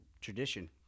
tradition